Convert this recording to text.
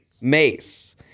Mace